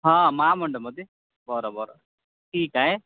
हां महामंडळामध्ये बरं बरं ठीक आहे